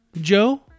Joe